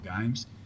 games